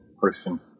person